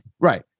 Right